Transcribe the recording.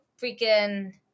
freaking